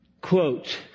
quote